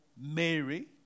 Mary